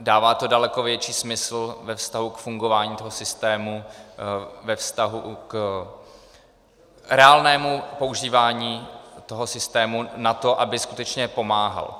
Dává to daleko větší smysl ve vztahu k fungování toho systému, ve vztahu k reálnému používání toho systému na to, aby skutečně pomáhal.